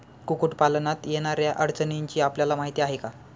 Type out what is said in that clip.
कुक्कुटपालनात येणाऱ्या अडचणींची आपल्याला माहिती आहे का?